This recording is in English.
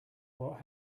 what